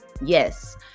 Yes